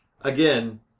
again